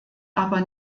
aber